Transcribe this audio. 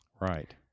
right